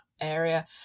area